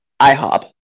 IHOP